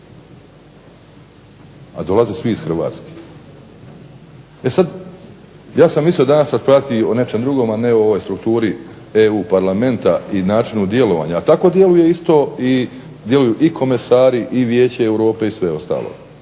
a dolaze svi iz Hrvatske. E sad, ja sam mislio danas raspravljati o nečem drugom a ne o ovoj strukturi EU parlamenta i načinu djelovanja, a tako djeluju isto i komesari i Vijeće Europe i sve ostalo.